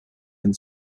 and